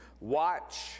Watch